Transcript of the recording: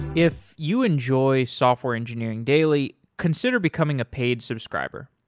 if you enjoy software engineering daily, consider becoming a paid subscriber.